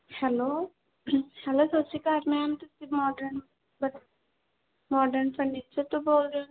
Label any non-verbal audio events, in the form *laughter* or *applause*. hello hello ਸਤਿ ਸ਼੍ਰੀ ਅਕਾਲ ਮੈਮ ਤੁਸੀਂ ਮੋਡਰਨ *unintelligible* ਮੋਡਰਨ ਫਰਨੀਚਰ ਤੋਂ ਬੋਲਦੇ ਹੋ ਜੀ